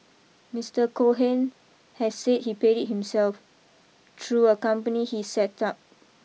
Mister Cohen has said he paid it himself through a company he set up